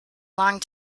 long